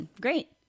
Great